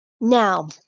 Now